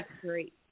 great